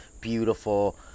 beautiful